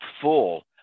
full